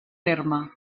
terme